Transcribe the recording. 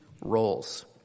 roles